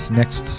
next